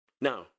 now